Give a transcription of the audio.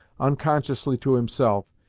unconsciously to himself,